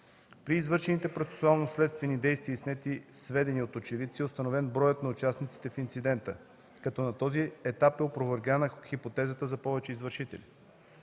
При извършените процесуално-следствени действия и снети сведения от очевидци е установен броят на участниците в инцидента, като на този етап е опровергана хипотезата за повече извършители.